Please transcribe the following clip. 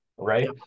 right